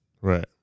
Right